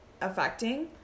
affecting